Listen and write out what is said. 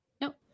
Nope